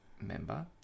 member